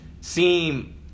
seem